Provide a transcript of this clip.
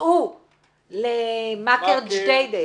צאו למכר-ג'דיידה.